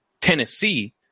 Tennessee